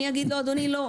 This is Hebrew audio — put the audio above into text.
אני אגיד לו אדוני לא,